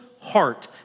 heart